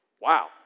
wow